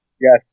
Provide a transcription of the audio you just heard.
Yes